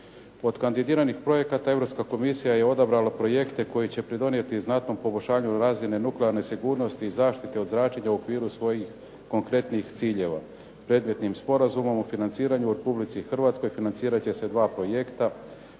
Od kandidiranih projekata Europska komisija je odabrala projekte koji će pridonijeti znatnom poboljšanju razine nuklearne sigurnosti i zaštite od zračenja u svojih konkretnih ciljeva. Predmetnim sporazumom o financiranju u Republici Hrvatskoj financirat će se dva projekta.